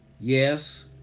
Yes